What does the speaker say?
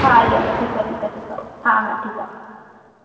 हा हले हले ठीकु आहे ठीकु आहे ठीकु आहे हा हा ठीकु आहे